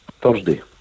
Thursday